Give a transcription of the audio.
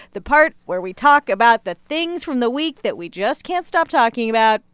the part where we talk about the things from the week that we just can't stop talking about,